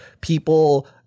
people